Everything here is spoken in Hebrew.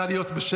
נא להיות בשקט,